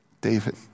David